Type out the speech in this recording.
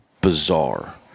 bizarre